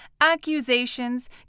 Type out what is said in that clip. accusations